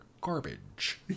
garbage